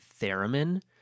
theremin